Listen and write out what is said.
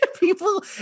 People